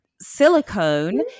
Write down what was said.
silicone